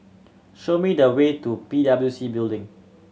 show me the way to P W C Building